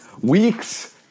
weeks